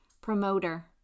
promoter